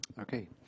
okay